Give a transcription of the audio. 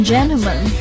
Gentlemen